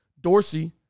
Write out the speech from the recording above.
Dorsey